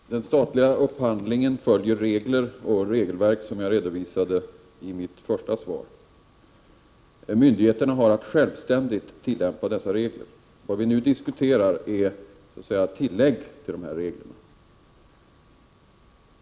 Herr talman! Den statliga upphandlingen följer regler och regelverk som jag redovisat i mitt första svar. Myndigheterna har att självständigt tillämpa dessa regler. Vad vi nu diskuterar är tillägg till dessa regler.